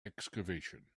excavation